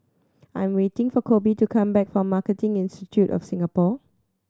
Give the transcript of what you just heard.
I am waiting for Koby to come back from Marketing Institute of Singapore